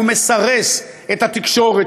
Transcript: מסרס את התקשורת,